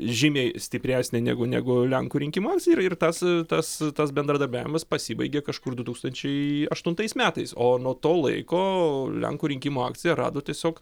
žymiai stipresnė negu negu lenkų rinkimų akcija ir tas tas tas bendradarbiavimas pasibaigė kažkur du tūkstančiai aštuntais metais o nuo to laiko lenkų rinkimų akcija rado tiesiog